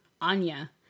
Anya